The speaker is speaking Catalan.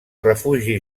refugi